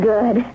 Good